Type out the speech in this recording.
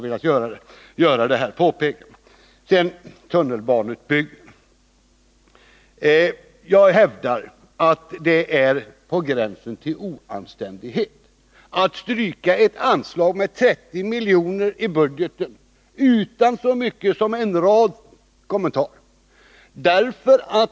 Beträffande tunnelbanebygget hävdar jag att det är på gränsen till oanständighet att stryka ett anslag på 30 miljoner i budgeten utan så mycket som en rad av kommentar.